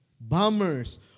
Bombers